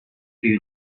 you